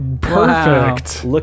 Perfect